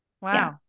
Wow